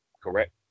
Correct